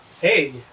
Hey